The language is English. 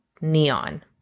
neon